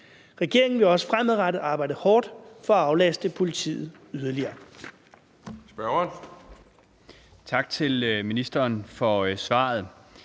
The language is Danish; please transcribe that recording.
Regeringen vil også fremadrettet arbejde hårdt for at aflaste politiet yderligere.